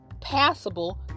passable